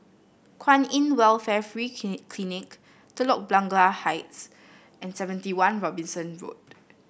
Kwan In Welfare Free Clinic Telok Blangah Heights and Seventy One Robinson Road